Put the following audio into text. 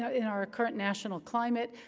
ah in our current national climate.